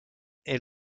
est